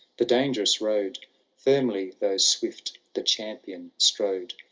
the dangerous road firmly, though swift, the champion strode.